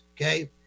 okay